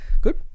Good